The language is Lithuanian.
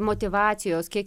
motyvacijos kiek